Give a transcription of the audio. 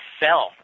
sell